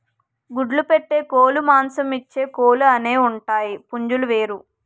గుడ్లు పెట్టే కోలుమాంసమిచ్చే కోలు అనేవుంటాయి పుంజులు వేరు